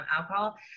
Alcohol